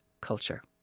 culture